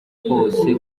hose